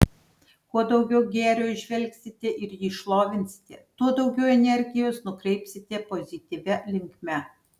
kuo daugiau gėrio įžvelgsite ir jį šlovinsite tuo daugiau energijos nukreipsite pozityvia linkme